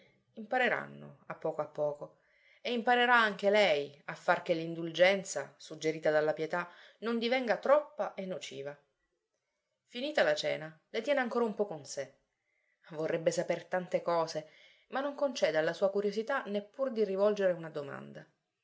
impareranno a poco a poco e imparerà anche lei a far che l'indulgenza suggerita dalla pietà non divenga troppa e nociva finita la cena le tiene ancora un po con sé vorrebbe saper tante cose ma non concede alla sua curiosità neppur di rivolgere una domanda